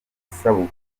isabukuru